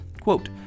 quote